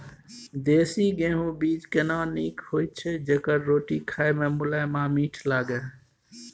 देसी गेहूँ बीज केना नीक होय छै जेकर रोटी खाय मे मुलायम आ मीठ लागय?